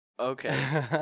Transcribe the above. Okay